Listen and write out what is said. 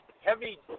heavy